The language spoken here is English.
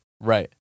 Right